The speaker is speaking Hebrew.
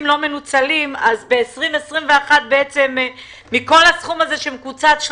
לא מנוצלים אז ב-2021 בעצם מכל הסכום הזה שמקוצץ,